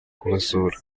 kubasura